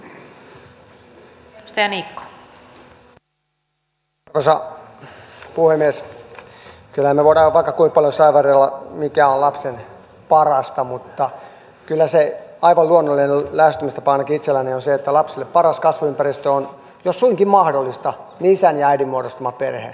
kyllähän me voimme vaikka kuinka paljon saivarrella mikä on lapsen parasta mutta kyllä aivan luonnollinen lähestymistapa ainakin itselläni on se että lapselle paras kasvuympäristö on jos suinkin mahdollista isän ja äidin muodostama perhe